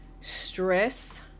Stress